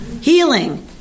healing